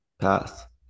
path